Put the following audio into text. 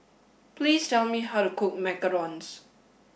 please tell me how to cook Macarons